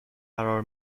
قرار